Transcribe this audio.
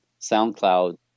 SoundCloud